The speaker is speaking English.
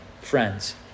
friends